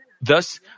Thus